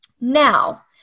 Now